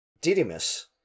Didymus